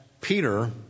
Peter